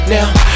Now